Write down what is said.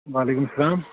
وعلیکُم سَلام